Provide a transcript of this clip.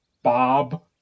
Bob